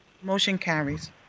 motion carries.